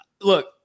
look